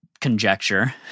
conjecture